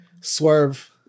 Swerve